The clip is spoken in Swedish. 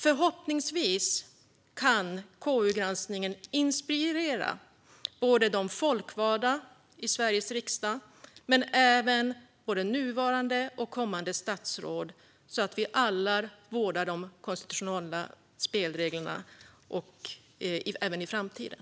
Förhoppningsvis kan KU-granskningen inspirera de folkvalda i Sveriges riksdag men även både nuvarande och kommande statsråd, så att vi alla vårdar de konstitutionella spelreglerna även i framtiden.